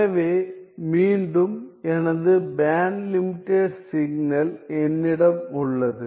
எனவே மீண்டும் எனது பேண்ட் லிமிடெட் சிக்னல் என்னிடம் உள்ளது